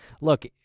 look